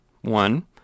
One